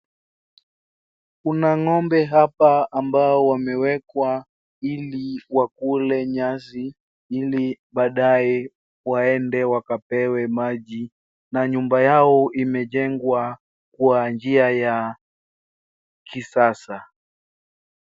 Kuna ng'ombe hapa ambao wamewekwa ili wakule nyasi ili baadaye waende wakapewe maji. Na nyumba yao imejengwa kwa njia ya kisasa.